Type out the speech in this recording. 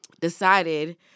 Decided